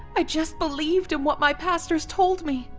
i just believed in what my pastors told me.